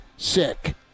Sick